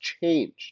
changed